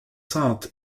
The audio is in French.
sainte